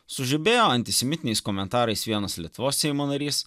sužibėjo antisemitiniais komentarais vienas lietuvos seimo narys